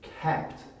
kept